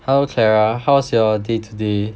hello Clara how's your day today